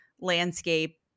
landscape